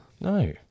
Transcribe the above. No